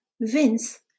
Vince